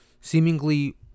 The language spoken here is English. Seemingly